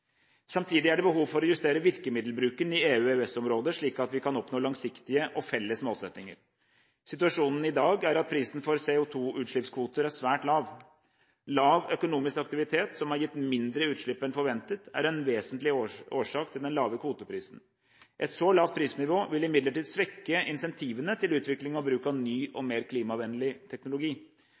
Samtidig er det behov for å justere virkemiddelbruken i EU/EØS-området slik at vi kan oppnå langsiktige og felles målsettinger. Situasjonen i dag er at prisen for CO2-utslippskvoter er svært lav. Lav økonomisk aktivitet, som har gitt mindre utslipp enn forventet, er en vesentlig årsak til den lave kvoteprisen. Et så lavt prisnivå vil imidlertid svekke insentivene til utvikling og bruk av ny og mer klimavennlig teknologi.